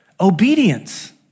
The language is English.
Obedience